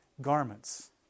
garments